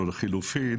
או לחלופין